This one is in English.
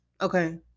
okay